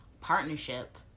partnership